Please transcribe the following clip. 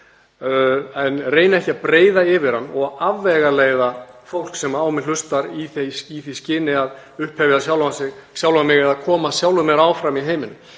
en reyni ekki að breiða yfir hann og afvegaleiða fólk sem á mig hlustar, í því skyni að upphefja sjálfan mig eða koma sjálfum mér áfram í heiminum.